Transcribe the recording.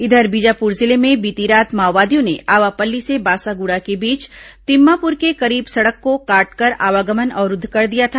इधर बीजापुर जिले में बीती रात माओवादियों ने आवापल्ली से बासागुड़ा के बीच तिम्मापुर के करीब सड़क को काटकर आवागमन अवरूद्व कर दिया था